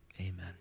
Amen